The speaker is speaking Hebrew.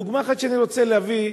דוגמה אחת שאני רוצה להביא: